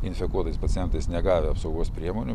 infekuotais pacientais negavę apsaugos priemonių